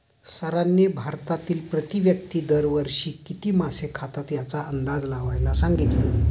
सरांनी भारतातील प्रति व्यक्ती दर वर्षी किती मासे खातात याचा अंदाज लावायला सांगितले?